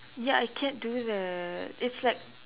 ya I can't do that it's like